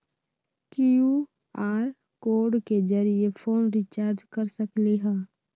QR code के जरिय phone recharge कर सकली ह?